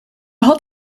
had